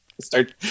start